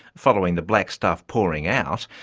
following the black stuff pouring out,